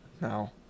Now